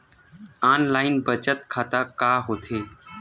Online बचत खाता का होथे?